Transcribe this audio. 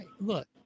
Look